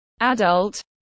adult